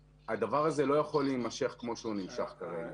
הדבר הזה לא יכול להימשך כמו שהוא נמשך כרגע.